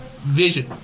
vision